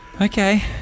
Okay